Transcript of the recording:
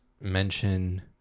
mention